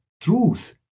truth